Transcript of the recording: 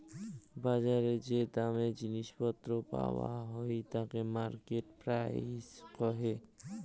বজারে যে দামে জিনিস পত্র পারায় হই তাকে মার্কেট প্রাইস কহে